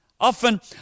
Often